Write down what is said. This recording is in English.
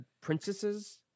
princesses